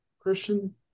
Christian